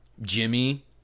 Jimmy